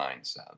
mindset